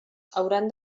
hauran